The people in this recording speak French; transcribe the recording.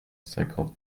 cinquante